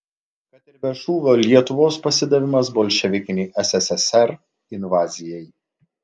kad ir be šūvio lietuvos pasidavimas bolševikinei sssr invazijai